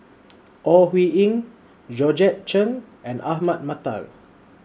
Ore Huiying Georgette Chen and Ahmad Mattar